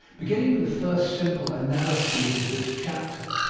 beginning with the first simple analyses of this chapter,